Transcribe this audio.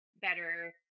better